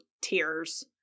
tears